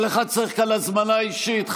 כל אחד צריך כאן הזמנה אישית.